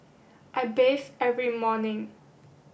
I bathe every morning